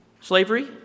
slavery